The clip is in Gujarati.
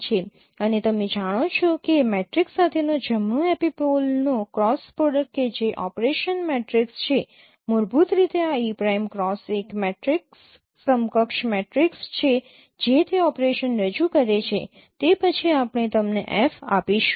અને જેમ તમે જાણો છો કે મેટ્રિક્સ સાથેનો જમણો એપિપોલનો ક્રોસ પ્રોડક્ટ કે જે ઓપરેશન મેટ્રિક્સ છે મૂળભૂત રીતે આ e પ્રાઇમ ક્રોસ એક મેટ્રિક્સ સમકક્ષ મેટ્રિક્સ છે જે તે ઓપરેશન રજૂ કરે છે તે પછી આપણે તમને F આપીશું